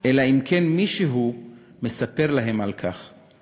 אלא אם כן מישהו מספר להם על כך.